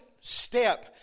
step